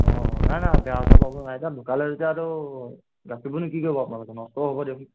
অঁ নাই নাই বেয়া চেয়া পাবলৈ নাই এতিয়া ঢুকালে যেতিয়াতো গাখীৰবোৰনো কি কৰিব আপোনালোকে নষ্টই হ'ব দিয়কচোন